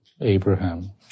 Abraham